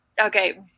okay